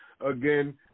Again